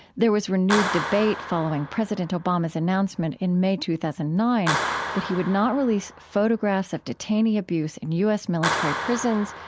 there was renewed debate following president obama's announcement in may two thousand and nine that he would not release photographs of detainee abuse in u s. military prisons,